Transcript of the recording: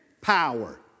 power